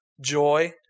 joy